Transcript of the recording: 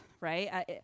right